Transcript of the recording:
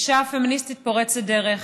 אישה פמיניסטית פורצת דרך,